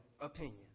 opinion